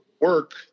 work